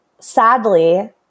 sadly